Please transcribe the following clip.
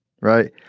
right